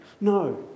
no